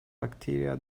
bacteria